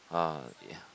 ah